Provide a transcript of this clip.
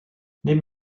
neben